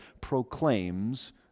proclaims